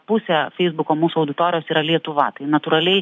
pusė feisbuko mūsų auditorijos yra lietuva tai natūraliai